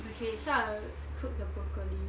okay so I will cook the broccoli